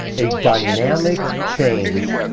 a dynamic change.